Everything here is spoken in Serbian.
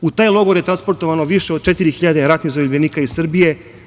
U taj logor je transportovano više od 4.000 ratnih zarobljenika iz Srbije.